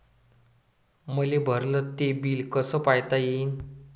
मले भरल ते बिल कस पायता येईन?